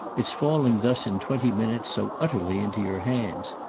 it's falling thus in twenty minutes so utterly into your hands.